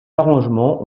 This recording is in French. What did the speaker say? arrangements